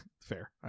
Fair